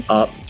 up